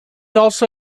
also